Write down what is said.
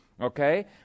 okay